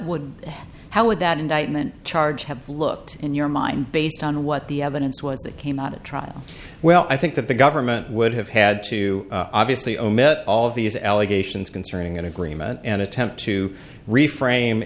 would how would that indictment charge have looked in your mind based on what the evidence was that came out at trial well i think that the government would have had to obviously omit all of these allegations concerning an agreement and attempt to reframe